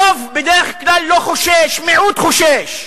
רוב בדרך כלל לא חושש, מיעוט חושש.